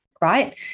right